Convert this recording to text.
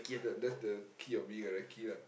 that that's the key of being a recce lah